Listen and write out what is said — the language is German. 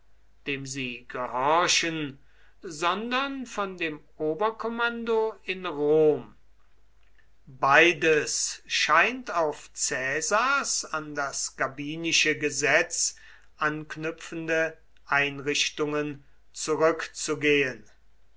dem sie gehorchen sondern von dem oberkommando in rom beides scheint auf caesars an das gabinische gesetz anknüpfende einrichtungen zurückzugehen